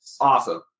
Awesome